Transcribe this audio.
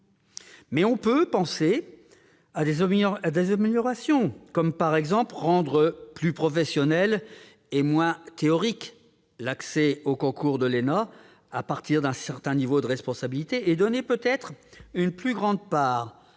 peut toutefois penser à des améliorations, comme le fait de rendre plus professionnel et moins théorique l'accès au concours de l'ENA à partir d'un certain niveau de responsabilités et de donner peut-être une plus grande part,